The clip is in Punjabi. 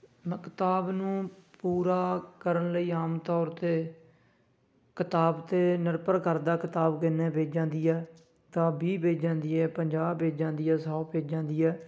ਮੈਂ ਕਿਤਾਬ ਨੂੰ ਪੂਰਾ ਕਰਨ ਲਈ ਆਮ ਤੌਰ 'ਤੇ ਕਿਤਾਬ 'ਤੇ ਨਿਰਭਰ ਕਰਦਾ ਕਿਤਾਬ ਕਿੰਨੇ ਪੇਜਾਂ ਦੀ ਹੈ ਤਾਂ ਵੀਹ ਪੇਜਾਂ ਦੀ ਹੈ ਪੰਜਾਹ ਪੇਜਾਂ ਦੀ ਹੈ ਸੌ ਪੇਜਾਂ ਦੀ ਹੈ